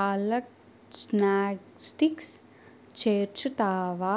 palak snack sticks చేర్చుతావా